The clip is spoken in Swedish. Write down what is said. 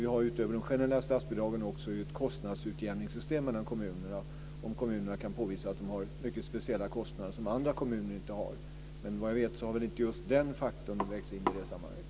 Vi har ju utöver de generella statsbidragen också ett kostnadsutjämningssystem mellan kommunerna om kommunerna kan påvisa att de har mycket speciella kostnader som andra kommuner inte har. Men vad jag vet har inte just den faktorn vägts in i detta sammanhang.